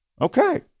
okay